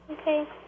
Okay